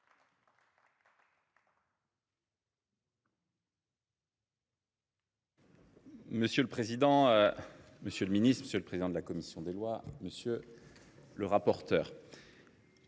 Monsieur le président, monsieur le garde des sceaux, monsieur le président de la commission des lois, monsieur le rapporteur,